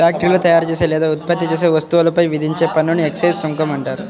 ఫ్యాక్టరీలో తయారుచేసే లేదా ఉత్పత్తి చేసే వస్తువులపై విధించే పన్నుని ఎక్సైజ్ సుంకం అంటారు